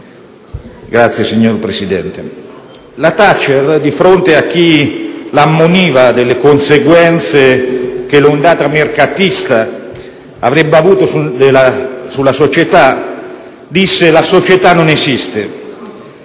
la Thatcher, di fronte a chi la ammoniva sulle conseguenze che l'ondata mercatista avrebbe prodotto sulla società, disse: «La società non esiste».